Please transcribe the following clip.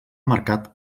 marcat